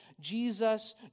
Jesus